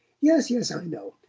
yes, yes i know.